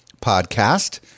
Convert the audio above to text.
podcast